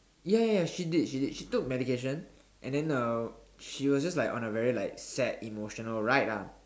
ya ya ya she did she did she took medication and then uh she was just like on a very like sad emotional ride ah